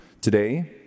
today